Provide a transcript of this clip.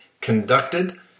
conducted